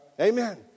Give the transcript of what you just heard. Amen